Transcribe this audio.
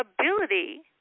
ability